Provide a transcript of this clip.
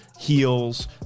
heels